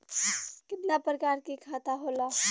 कितना प्रकार के खाता होला?